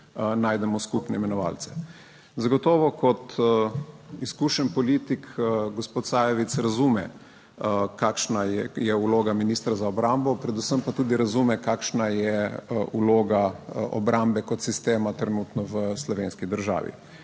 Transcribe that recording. najdemo skupne imenovalce. Zagotovo kot izkušen politik gospod Sajovic razume, kakšna je vloga ministra za obrambo, predvsem pa tudi razume, kakšna je vloga obrambe kot sistema trenutno v slovenski državi.